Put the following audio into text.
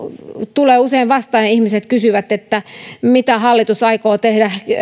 tulee usein vastaan ihmiset kysyvät mitä hallitus aikoo tehdä